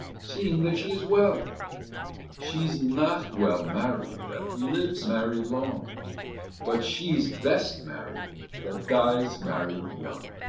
seeing that she is well she's not well married that lives married long but she's best married that dies married young.